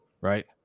Right